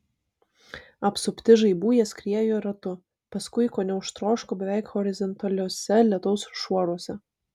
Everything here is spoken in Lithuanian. apsupti žaibų jie skriejo ratu paskui ko neužtroško beveik horizontaliuose lietaus šuoruose